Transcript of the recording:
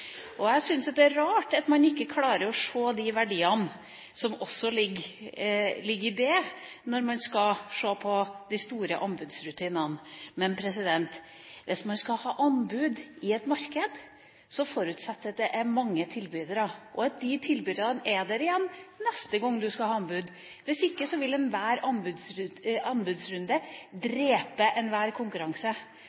offentlige. Jeg syns det er rart at man ikke klarer å se de verdiene som også ligger i det, når man skal se på de store anbudsrutinene. Hvis man skal ha anbud i et marked, forutsetter det at det er mange tilbydere, og at de tilbyderne er der igjen neste gang man skal ha anbud. Hvis ikke vil enhver anbudsrunde